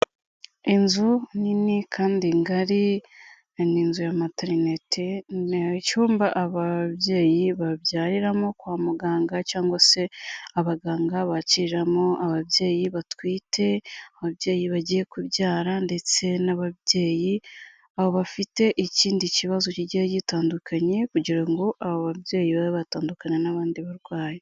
Inzu nini kandi ngari, ni inzu ya materinete, ni icyumba ababyeyi babyariramo kwa muganga, cyangwa se abaganga bakiriramo ababyeyi batwite, ababyeyi bagiye kubyara, ndetse n'ababyeyi bafite ikindi kibazo kigiye gitandukanye, kugira ngo abo babyeyi babe batandukanywa n'abandi barwayi.